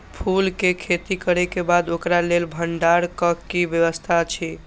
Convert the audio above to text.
फूल के खेती करे के बाद ओकरा लेल भण्डार क कि व्यवस्था अछि?